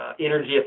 Energy